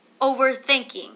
overthinking